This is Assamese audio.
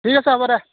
ঠিক আছে হ'ব দে